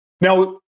Now